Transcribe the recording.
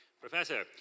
Professor